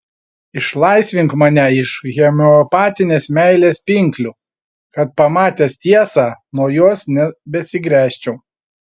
išlaisvink mane iš homeopatinės meilės pinklių kad pamatęs tiesą nuo jos nebesigręžčiau